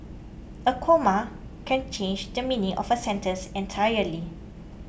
a comma can change the meaning of a sentence entirely